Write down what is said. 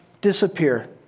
disappear